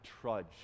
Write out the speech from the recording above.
trudge